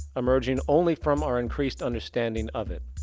emerging only from our increased understanding of it.